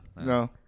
No